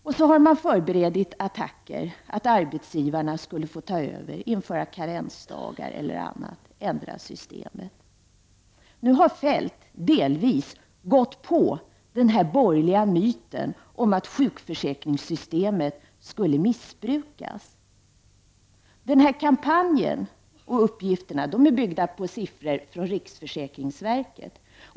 Attacker har förberetts om att arbetsgivarna skall få ta över ansvaret och införa karensdagar, ändra systemet eller något annat. Nu har Feldt delvis gått på den här borgerliga myten om att sjukförsäkringssystemet missbrukas. Den här kampanjen och dessa uppgifter bygger på siffror från riksförsäkringsverket.